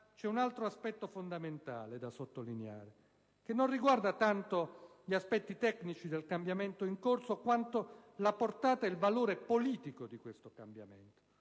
c'è un altro dato fondamentale da sottolineare, che non riguarda tanto gli aspetti tecnici del cambiamento in corso, quanto la portata e il valore politico di questo cambiamento.